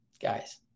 guys